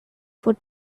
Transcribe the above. for